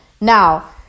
Now